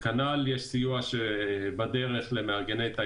כנ"ל יש סיוע בדרך למארגני תיירות.